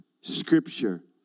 scripture